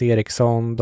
Eriksson